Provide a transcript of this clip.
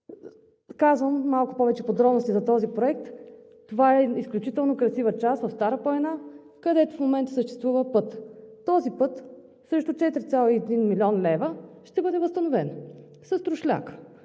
Казвам малко повече подробности за този проект, това е изключително красива част от Стара планина, където в момента съществува път. Този път срещу 4,1 млн. лв. ще бъде възстановен с трошляк,